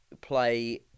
play